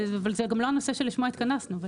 אבל זה גם לא הנושא שלשמו התכנסנו.